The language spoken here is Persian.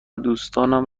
دوستانم